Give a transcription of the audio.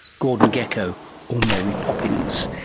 gordon gecko or mary poppins?